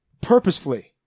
purposefully